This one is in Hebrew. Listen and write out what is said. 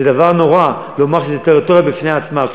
זה דבר נורא לומר שזו טריטוריה בפני עצמה.